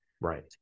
right